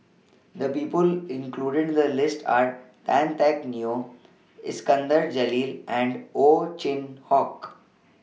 The People included in The list Are Tan Teck Neo Iskandar Jalil and Ow Chin Hock